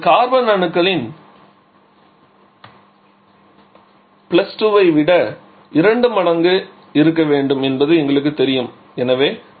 அது கார்பன் அணுக்களின் 2 ஐ விட இரண்டு மடங்கு இருக்க வேண்டும் என்பது எங்களுக்குத் தெரியும் எனவே no